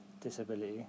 disability